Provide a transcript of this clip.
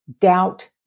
doubt